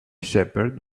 shepherd